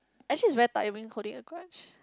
actually it's very tiring holding a grudge